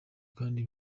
kandi